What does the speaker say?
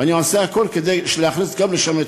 ואני עושה הכול כדי להכניס גם לשם את